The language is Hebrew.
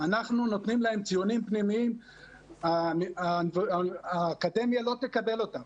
אנחנו נותנים להם ציונים פנימיים האקדמיה לא תקבל אותם